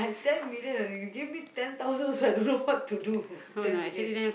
ten million you give me ten thousand also I also don't know what to do ten million